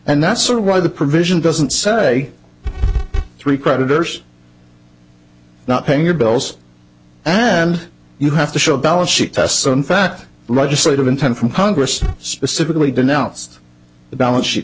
and that's sort of why the provision doesn't say three creditors not paying your bills and you have to show balance sheet test so in fact legislative intent from congress specifically denounced the balance sheet